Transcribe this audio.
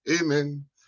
Amen